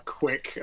quick